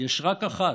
יש רק אחת,